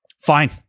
Fine